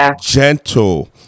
gentle